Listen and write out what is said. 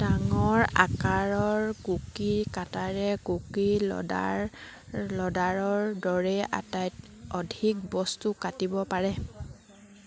ডাঙৰ আকাৰৰ কুকি কাটাৰে কুকি লদাৰ লদাৰৰ দৰে আটাই অধিক বস্তু কাটিব পাৰে